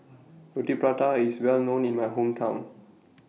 Roti Prata IS Well known in My Hometown